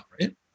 right